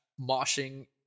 moshing